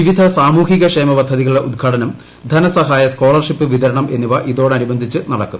വിവിധ സാമൂഹിക ക്ഷേമ പദ്ധതികളുടെ ഉദ്ഘാടനം ധനസഹായ സ്കോളർഷിപ്പ് വിതരണം എന്നിവ ഇതോടനുബന്ധിച്ച് നടക്കും